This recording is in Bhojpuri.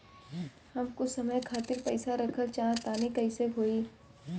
हम कुछ समय खातिर पईसा रखल चाह तानि कइसे होई?